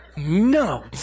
No